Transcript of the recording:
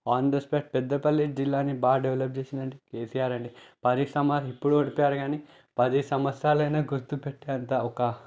on the spot Peddapalli జిల్లాని బాగా develop చేసింది అంటే కేసీఆర్ అండి పది సంవత్సర ఇప్పుడు ఓడిపోయారు కానీ పది సంవత్సరాలు అయిన గుర్తుపెట్టేంత ఒక